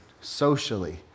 socially